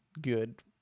good